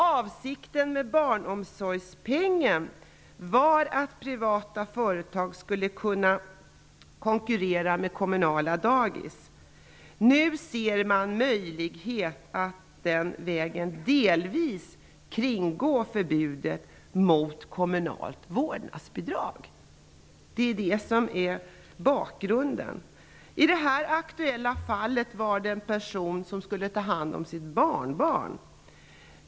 Avsikten med barnomsorgspengen var att privata företag skulle kunna konkurrera med kommunala dagis. Men nu ser man en möjlighet att den vägen delvis kringgå förbudet mot kommunalt vårdnadsbidrag. Det är bakgrunden. I det aktuella fallet var det en person som skulle ta hand om sitt barnbarn.